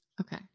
Okay